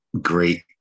great